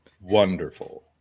wonderful